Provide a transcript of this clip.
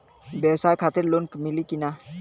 ब्यवसाय खातिर लोन मिली कि ना?